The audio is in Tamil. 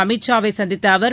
அமித் ஷாவை சந்தித்த அவர்